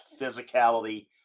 physicality